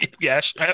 Yes